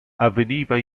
avveniva